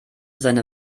seine